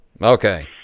Okay